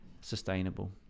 sustainable